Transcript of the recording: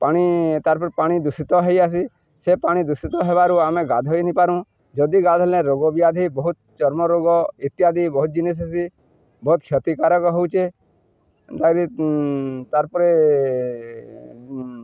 ପାଣି ତାର୍ ପାଣି ଦୂଷିତ ହେଇଆସି ସେ ପାଣି ଦୂଷିତ ହେବାରୁ ଆମେ ଗାଧୋଇ ନିପାରୁ ଯଦି ଗାଧ ହେଲେଣି ରୋଗ ବ୍ୟାଧି ବହୁତ ଚର୍ମ ରୋଗ ଇତ୍ୟାଦି ବହୁତ ଜିନିଷ ହେସି ବହୁତ କ୍ଷତିକାରକ ହଉଛେ ତାର୍ ପରେ